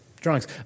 drawings